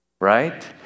Right